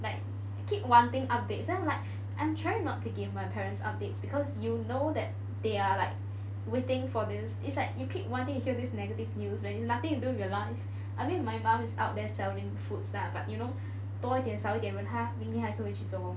like keep wanting updates then like I'm trying not to give my parents updates because you know that they are like waiting for this is like you keep wanting to hear this negative news when it's nothing to do with your life I mean my mom is out there selling foods lah but you know 多一点少一点人她明天还是会去做工